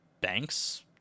banks